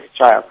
child